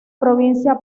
provincia